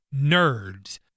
nerds